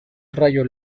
rayo